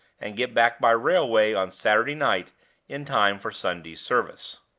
and get back by railway on saturday night in time for sunday's service.